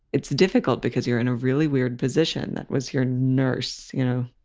it's difficult because you're in a really weird position. that was your nurse, you know,